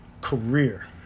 career